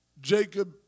Jacob